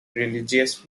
religious